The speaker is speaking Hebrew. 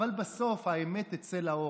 אבל בסוף האמת תצא לאור.